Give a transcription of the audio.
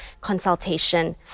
consultation